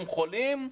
הם חולים,